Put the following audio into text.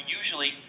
usually